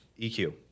EQ